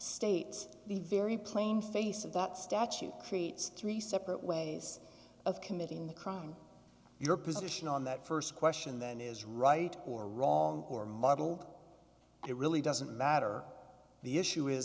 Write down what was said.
states the very plain face of that statute creates three separate ways of committing the crime your position on that st question then is right or wrong or model it really doesn't matter the issue is